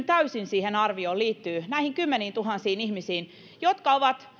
täysin siihen arvioon liittyy näihin kymmeniintuhansiin ihmisiin jotka ovat